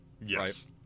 Yes